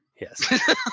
Yes